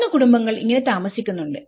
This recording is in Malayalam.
മൂന്നു കുടുംബങ്ങൾ ഇങ്ങനെ താമസിക്കുന്നുണ്ട്